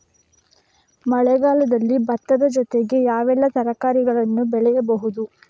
ಮಳೆಗಾಲದಲ್ಲಿ ಭತ್ತದ ಜೊತೆ ಯಾವೆಲ್ಲಾ ತರಕಾರಿಗಳನ್ನು ಬೆಳೆಯಬಹುದು?